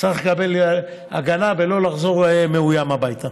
צריך לקבל הגנה ולא לחזור מאוים הביתה.